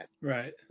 Right